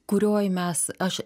kurioj mes aš